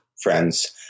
friends